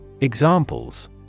Examples